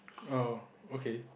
oh okay